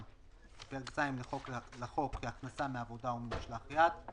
בפרק ז' לחוק כהכנסה מעבודה או ממשלח יד";